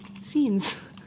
scenes